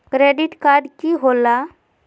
Credit card की होला?